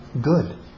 good